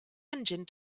engine